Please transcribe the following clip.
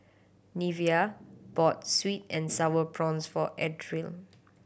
Neveah bought sweet and Sour Prawns for Adriel